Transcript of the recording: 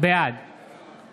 בעד